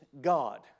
God